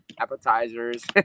appetizers